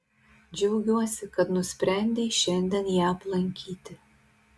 džiaugiuosi kad nusprendei šiandien ją aplankyti